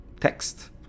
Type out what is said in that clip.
text